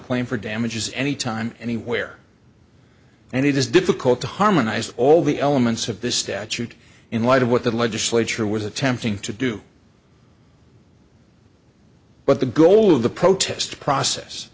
claim for damages anytime anywhere and it is difficult to harmonize all the elements of the statute in light of what the legislature was attempting to do but the goal of the protest process